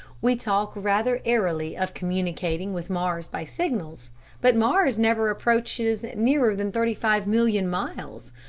we talk rather airily of communicating with mars by signals but mars never approaches nearer than thirty five million miles,